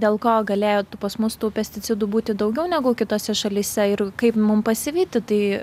dėl ko galėjo tų pas mus tų pesticidų būti daugiau negu kitose šalyse ir kaip mum pasivyti tai